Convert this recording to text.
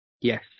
Yes